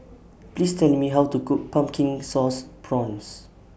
Please Tell Me How to Cook Pumpkin Sauce Prawns